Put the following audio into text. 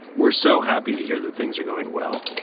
we're so happy to hear that things are going well.